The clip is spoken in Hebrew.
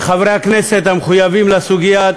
לחברי הכנסת המחויבים לסוגיה,